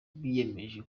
biyemeje